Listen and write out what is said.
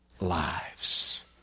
lives